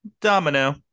Domino